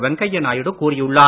வெங்கையா நாயுடு கூறியுள்ளார்